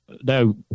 No